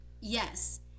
yes